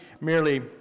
merely